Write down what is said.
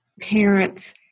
parents